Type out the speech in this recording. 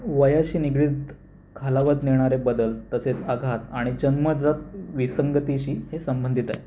वयाशी निगडीत खालावत नेणारे बदल तसेच आघात आणि जन्मजात विसंगतीशी हे संबंधित आहे